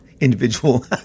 individual